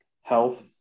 Health